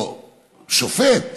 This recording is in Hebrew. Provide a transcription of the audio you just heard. או שופט: